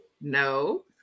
no